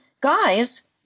guys